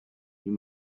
you